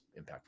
impactful